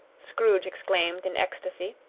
scrooge exclaimed in ecstasy.